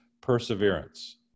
perseverance